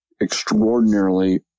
extraordinarily